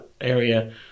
area